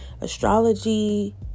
Astrology